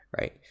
right